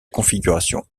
configuration